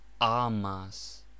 Amas